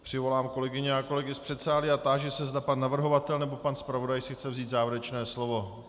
Přivolám kolegyně a kolegy z předsálí a táži se, zda pan navrhovatel nebo pan zpravodaj si chce vzít závěrečné slovo.